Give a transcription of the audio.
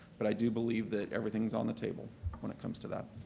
but i do believe that everything is on the table when it comes to that.